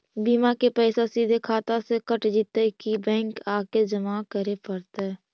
बिमा के पैसा सिधे खाता से कट जितै कि बैंक आके जमा करे पड़तै?